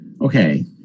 okay